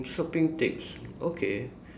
shopping tips okay